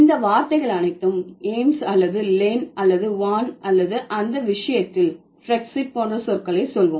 இந்த வார்த்தைகள் அனைத்தும் எய்ம்ஸ் அல்லது லேன் அல்லது வான் அல்லது அந்த விஷயத்தில் ப்ரெக்ஸிட் போன்ற சொற்களைச் சொல்வோம்